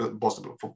possible